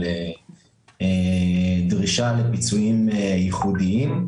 על דרישה לפיצויים ייחודיים,